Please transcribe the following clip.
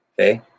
Okay